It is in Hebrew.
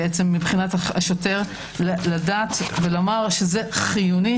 מבחינת השוטר לדעת ולומר שזה חיוני.